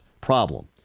problem